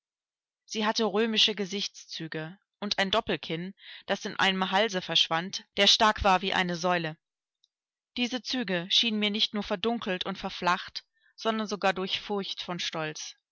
sie hatte römische gesichtszüge und ein doppelkinn das in einem halse verschwand der stark war wie eine säule diese züge schienen mir nicht nur verdunkelt und verflacht sondern sogar durchfurcht von stolz